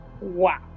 Wow